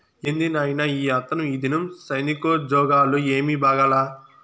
ఏంది నాయినా ఈ ఆత్రం, ఈదినం సైనికోజ్జోగాలు ఏమీ బాగాలా